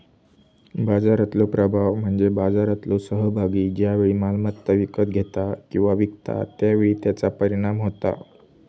बाजारातलो प्रभाव म्हणजे बाजारातलो सहभागी ज्या वेळी मालमत्ता विकत घेता किंवा विकता त्या वेळी त्याचा परिणाम होता